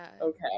okay